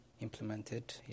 implemented